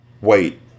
Wait